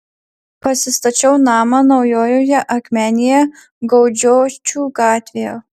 pasistačiau namą naujojoje akmenėje gaudžiočių gatvėje